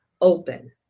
open